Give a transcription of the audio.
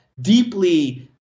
deeply